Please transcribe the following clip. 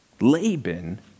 Laban